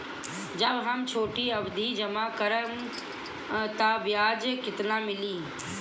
जब हम छोटी अवधि जमा करम त ब्याज केतना मिली?